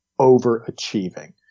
overachieving